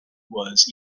was